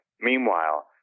Meanwhile